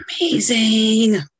Amazing